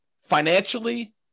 financially